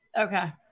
Okay